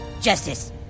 Justice